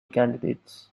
candidates